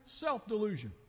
self-delusion